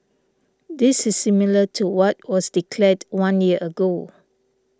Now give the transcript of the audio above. this is similar to what was declared one year ago